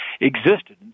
existed